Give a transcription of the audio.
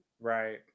Right